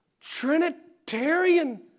Trinitarian